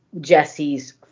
Jesse's